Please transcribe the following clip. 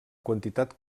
quantitat